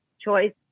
choice